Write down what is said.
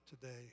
today